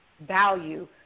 value